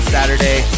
Saturday